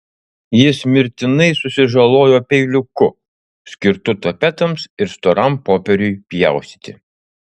jis mirtinai susižalojo peiliuku skirtu tapetams ir storam popieriui pjaustyti